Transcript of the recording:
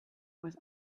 was